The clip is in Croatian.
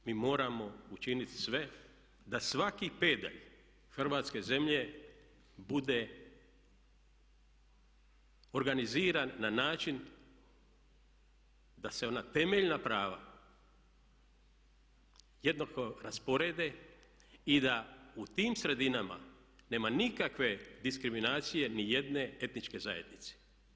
Mi moramo učiniti sve da svaki pedalj hrvatske zemlje bude organiziran na način da se ona temeljna prava jednako rasporede i da u tim sredinama nema nikakve diskriminacije nijedne etničke zajednice.